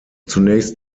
zunächst